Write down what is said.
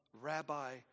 Rabbi